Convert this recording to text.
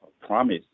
promise